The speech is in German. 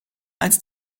als